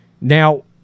Now